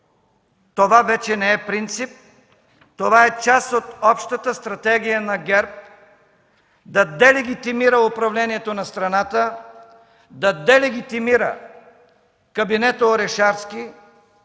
Това вече не е принцип, това е част от общата стратегия на ГЕРБ да делегитимира управлението на страната, да делегитимира кабинета Орешарски,